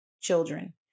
children